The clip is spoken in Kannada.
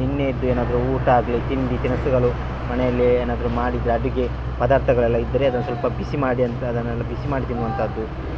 ನಿನ್ನೆಯದ್ದು ಏನಾದರು ಊಟ ಆಗಲಿ ತಿಂಡಿ ತಿನಿಸುಗಲು ಮನೆಯಲ್ಲಿ ಏನಾದರು ಮಾಡಿದರೆ ಅಡಿಗೆ ಪದಾರ್ಥಗಳೆಲ್ಲ ಇದ್ದರೆ ಅದನ್ನು ಸ್ವಲ್ಪ ಬಿಸಿ ಮಾಡಿ ಅದನ್ನೆಲ್ಲ ಬಿಸಿ ಮಾಡಿ ತಿನ್ನುವಂಥದ್ದು